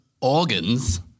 organs